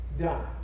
Done